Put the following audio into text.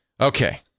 Okay